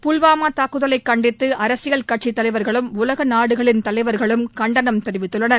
புல்வாமா தாக்குதலை கண்டித்து அரசியல் கட்சித் தலைவா்களும் உலக நாடுகளின் தலைவா்களும் கண்டனம் தெரிவித்துள்ளனர்